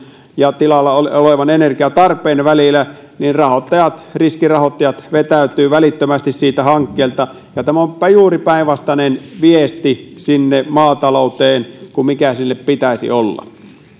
ja tilalla olevan olevan energiantarpeen välillä niin rahoittajat riskirahoittajat vetäytyvät välittömästi siltä hankkeelta ja tämä on juuri päinvastainen viesti sinne maatalouteen kuin mikä sinne pitäisi olla